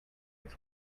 its